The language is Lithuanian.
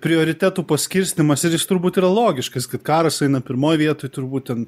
prioritetų paskirstymas ir jis turbūt yra logiškas kad karas eina pirmoj vietoj turbūt ten